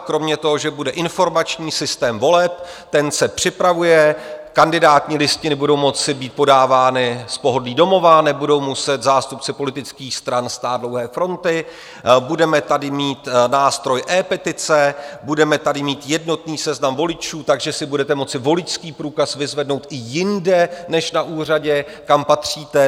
Kromě toho, že bude informační systém voleb, ten se připravuje, kandidátní listiny budou moci být podávány z pohodlí domova, nebudou muset zástupci politických stran stát dlouhé fronty, budeme tady mít nástroj ePetice, budeme tady mít jednotný seznam voličů, takže si budete moci voličský průkaz vyzvednout i jinde než na úřadě, kam patříte.